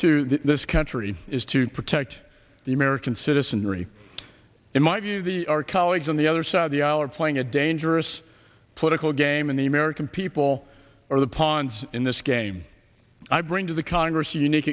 to this country is to protect the american citizenry in my view the our colleagues on the other side of the aisle are playing a dangerous political game and the american people are the pawns in this game i bring to the congress a unique